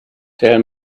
tell